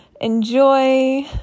enjoy